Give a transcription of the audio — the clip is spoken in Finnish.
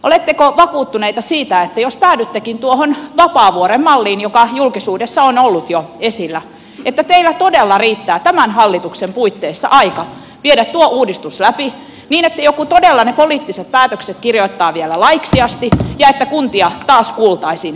oletteko vakuuttuneita siitä että jos päädyttekin tuohon vapaavuoren malliin joka julkisuudessa on ollut jo esillä niin teillä todella riittää tämän hallituksen puitteissa aika viedä tuo uudistus läpi niin että joku todella ne poliittiset päätökset kirjoittaa vielä laiksi asti ja että kuntia taas kuultaisiin siinäkin vaiheessa